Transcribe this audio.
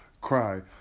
cry